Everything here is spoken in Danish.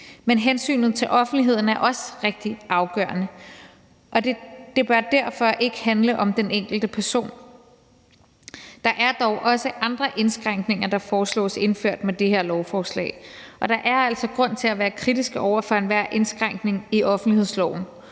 Men hensynet til offentligheden er også rigtig afgørende, og det bør derfor ikke handle om den enkelte person. Der foreslås dog også andre indskrænkninger indført med det her lovforslag, og der er altså grund til at være kritisk over for enhver indskrænkning i offentlighedsloven,